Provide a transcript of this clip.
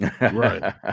Right